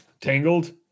Tangled